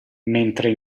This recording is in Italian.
mentre